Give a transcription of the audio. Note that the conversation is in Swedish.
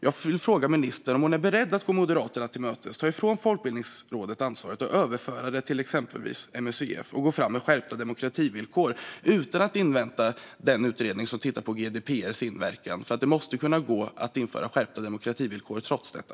Jag vill fråga ministern om hon är beredd att gå Moderaterna till mötes och ta ifrån Folkbildningsrådet ansvaret, överföra det till exempelvis MUCF och gå fram med skärpta demokrativillkor utan att invänta den utredning som tittar på GDPR:s inverkan. Det måste gå att införa skärpta demokrativillkor trots detta.